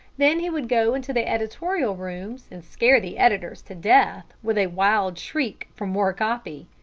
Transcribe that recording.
then he would go into the editorial rooms and scare the editors to death with a wild shriek for more copy.